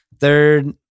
Third